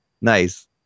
Nice